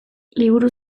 liburu